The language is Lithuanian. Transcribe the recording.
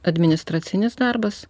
administracinis darbas